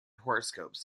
horoscopes